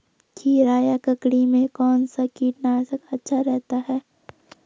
खीरा या ककड़ी में कौन सा कीटनाशक अच्छा रहता है?